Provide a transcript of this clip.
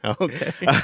okay